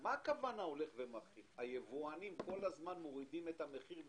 מה הכוונה בכך שזה הולך ומחריף - שהיבואנים כל הזמן מורידים את המחיר?